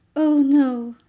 oh, no!